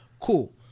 Cool